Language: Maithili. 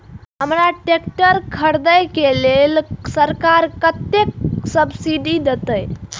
हमरा ट्रैक्टर खरदे के लेल सरकार कतेक सब्सीडी देते?